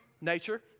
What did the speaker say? nature